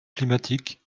climatique